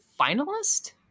finalist